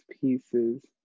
pieces